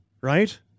right